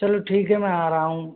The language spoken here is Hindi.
चलो ठीक है मैं आ रहा हूँ